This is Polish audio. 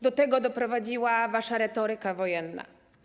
Do tego doprowadziła wasza retoryka wojenna.